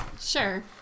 Sure